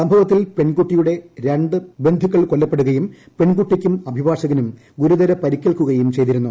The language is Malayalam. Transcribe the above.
സംഭവത്തിൽ പെൺകുട്ടിയുടെ രണ്ട് ബന്ധുക്കൾ കൊല്ലപ്പെടുകയും പെൺകുട്ടിയ്ക്കും അ്ഭിഭാഷകനും ഗുരുതര പരിക്കേൽക്കുകയും ചെയ്തിരുന്നു